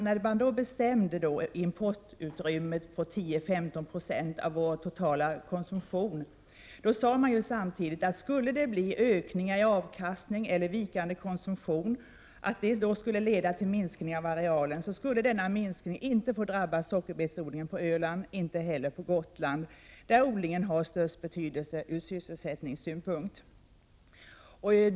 När importutrymmet bestämdes till 10—15 22 av vår totala konsumtion, sade man samtidigt att om avkastningen skulle öka eller om vikande konsumtion skulle leda till minskning av arealen, skulle detta inte få drabba sockerbetsodlingen på Öland och inte heller på Gotland, där odlingen har störst betydelse ur sysselsättningssynpunkt.